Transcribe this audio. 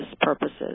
purposes